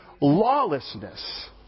lawlessness